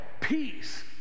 peace